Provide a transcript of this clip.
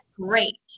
great